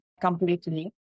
completely